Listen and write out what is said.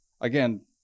again